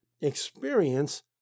experience